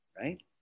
right